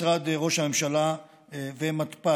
משרד ראש הממשלה ומתפ"ש.